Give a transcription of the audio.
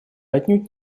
отнюдь